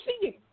seeing